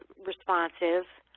responsive,